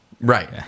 Right